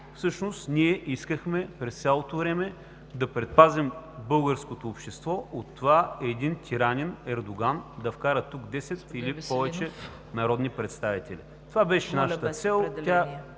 Всъщност ние искахме през цялото време да предпазим българското общество от това един тиранин – Ердоган, да вкара тук 10 или повече народни представители. ХАМИД ХАМИД